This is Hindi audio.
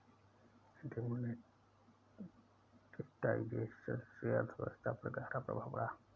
डिमोनेटाइजेशन से अर्थव्यवस्था पर ग़हरा प्रभाव पड़ा